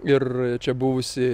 ir čia buvusi